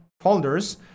folders